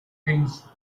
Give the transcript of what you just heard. things